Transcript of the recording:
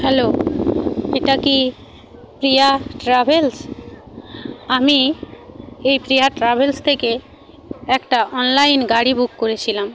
hello এটা কি Priya travels আমি এই প্রিয়া ট্রাভেলস থেকে একটা অনলাইন গাড়ি বুক করেছিলাম